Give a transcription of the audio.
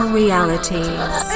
realities